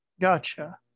Gotcha